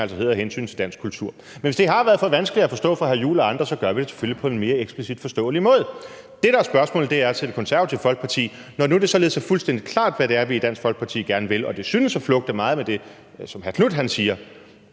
som altså hedder hensynet til dansk kultur. Men hvis det har været for vanskeligt at forstå for hr. Christian Juhl og andre, så gør vi det selvfølgelig på en mere eksplicit forståelig måde. Det, der er spørgsmålet til Det Konservative Folkeparti, er, at når nu det således er fuldstændig klart, hvad det er vi i Dansk Folkeparti gerne vil – og det synes at flugte meget med det, hr. Marcus Knuth siger;